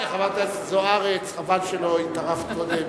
חברת הכנסת זוארץ, חבל שלא התערבת קודם.